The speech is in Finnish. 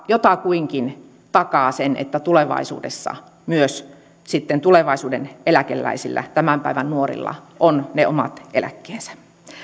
jotakuinkin takaa sen että tulevaisuudessa myös sitten tulevaisuuden eläkeläisillä tämän päivän nuorilla on ne omat eläkkeensä